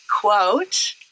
quote